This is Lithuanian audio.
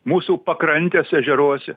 mūsų pakrantės ežeruose